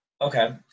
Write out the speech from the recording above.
Okay